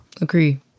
Agree